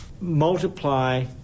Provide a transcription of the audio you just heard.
multiply